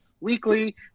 weekly